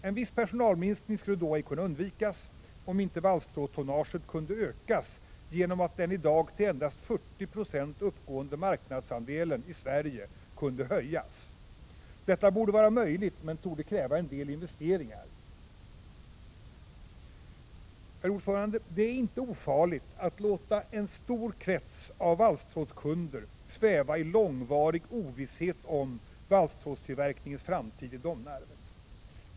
En viss personalminskning skulle då ej kunna undvikas, om inte valstrådstonnaget kunde ökas genom att den i dag till endast 40 90 uppgående marknadsandelen i Sverige kunde ökas. Detta borde vara möjligt, men torde kräva en del investeringar. Herr talman! Det är inte ofarligt att låta en stor krets av valstrådskunder sväva i långvarig ovisshet om valstrådstillverkningens framtid i Domnarvet.